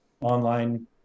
online